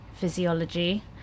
physiology